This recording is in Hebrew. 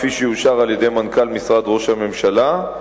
כפי שיאושר על-ידי מנכ"ל משרד ראש הממשלה.